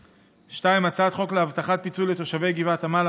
2. הצעת חוק להבטחת פיצוי לתושבי גבעת עמל,